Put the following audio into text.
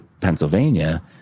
Pennsylvania